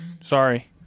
Sorry